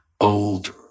older